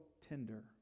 tender